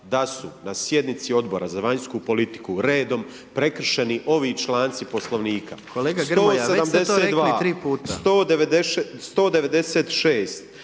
da su na sjednici Odbora za vanjsku politiku redom prekršeni ovi članci Poslovnika…/Upadica: Kolega Grmoja, već ste to rekli tri puta/…